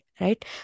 right